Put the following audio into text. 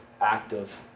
active